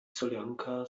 soljanka